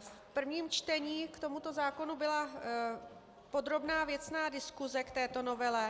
v prvním čtení k tomuto zákonu byla podrobná věcná diskuse k této novele.